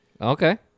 Okay